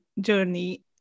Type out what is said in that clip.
journey